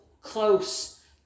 close